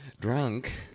drunk